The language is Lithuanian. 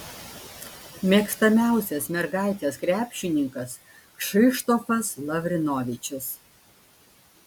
mėgstamiausias mergaitės krepšininkas kšištofas lavrinovičius